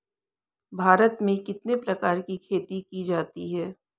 भारत में कितने प्रकार की खेती की जाती हैं?